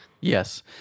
Yes